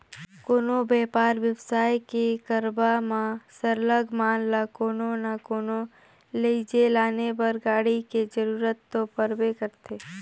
कोनो बयपार बेवसाय के करब म सरलग माल ल कोनो ना कोनो लइजे लाने बर गाड़ी के जरूरत तो परबे करथे